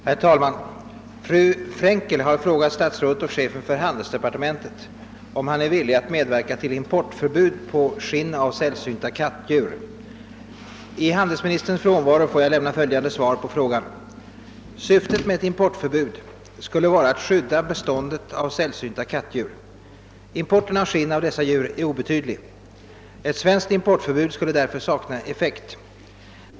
Herr talman! Fru Frenkel har frågat statsrådet och chefen för handelsdepartementet om han är villig att medverka till importförbud på skinn av sällsynta kattdjur. I handelsministerns frånvaro får jag lämna följande svar på frågan. Syftet med ett importförbud skulle vara att skydda beståndet av sällsynta kattdjur. Importen av skinn av dessa djur är obetydlig. Ett svenskt importförbud skulle därför sakna effekt.